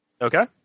Okay